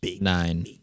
Nine